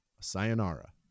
sayonara